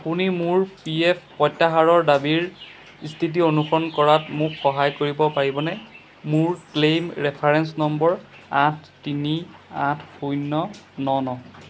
আপুনি মোৰ P F প্ৰত্যাহাৰৰ দাবীৰ স্থিতি অনুসৰণ কৰাত মোক সহায় কৰিব পাৰিবনে মোৰ ক্লেইম ৰেফাৰেন্স নম্বৰ আঠ তিনি আঠ শূন্য ন ন